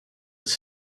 its